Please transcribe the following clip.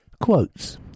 Quotes